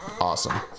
awesome